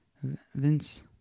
Vince